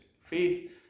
faith